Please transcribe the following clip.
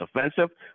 offensive